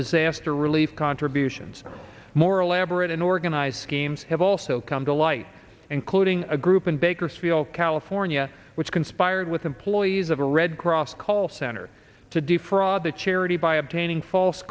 disaster relief contributions more elaborate in organized schemes have also come to light including a group in bakersfield california which conspired with employees of a red cross call center to defraud the charity by obtaining false